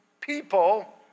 people